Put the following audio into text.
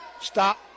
Stop